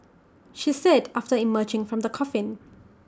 she said after emerging from the coffin